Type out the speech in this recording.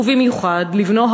ובמיוחד לבנו,